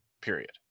period